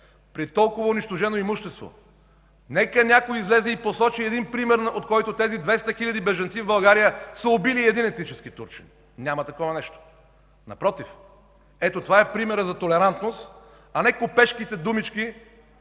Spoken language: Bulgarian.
при толкова унищожено имущество нека някой излезе и посочи един пример, от който тези 200 хиляди бежанци в България са убили един етнически турчин. Няма такова нещо! Напротив! Ето това е примерът за толерантност, а не купешките думички,